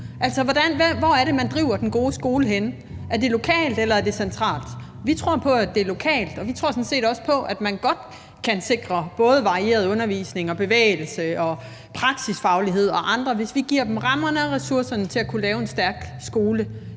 Altså, hvor er det, at man driver den gode skole henne? Er det lokalt, eller er det centralt? Vi tror på, at det er lokalt, og vi tror sådan set også på, at man godt kan sikre både varieret undervisning, bevægelse, praksisfaglighed og andet, hvis vi giver dem rammerne og ressourcerne til at kunne lave en stærk skole